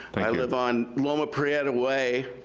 i live on loma priada way.